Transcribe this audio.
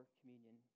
communion